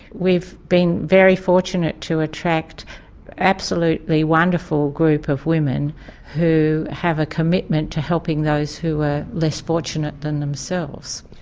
we've been very fortunate to attract an absolutely wonderful group of women who have a commitment to helping those who are less fortunate than themselves.